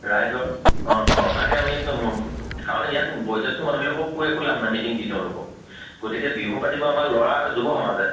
ৰাইজৰ অঁ অঁ তাকে আমি কাৰণ ইয়াত বয়োজ্যেষ্ঠ মানুহবিলাকক কৈ একো লাভ নাই মিটিং দি তেওঁলোকক গতিকে বিহু পাতিব আমাৰ ল'ৰা যুৱ সমাজে